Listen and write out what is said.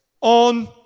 on